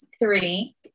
three